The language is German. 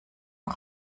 für